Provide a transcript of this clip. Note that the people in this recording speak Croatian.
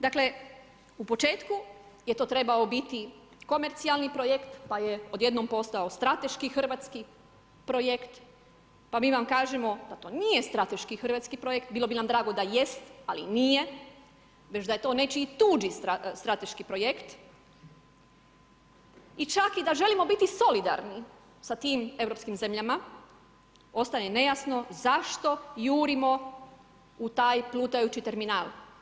Dakle, u početku je to trebao biti komercijalni projekt pa je odjednom postao strateški hrvatski projekt, pa mi vam kažemo da to nije strateški hrvatski projekt, bilo bi nam drago da jest, ali nije, već da je to nečiji tuđi strateški projekt i čak i da želimo biti solidarni sa tim europskim zemljama, ostaje nejasno zašto jurimo u taj plutajući terminal.